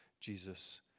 Jesus